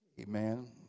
amen